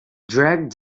drag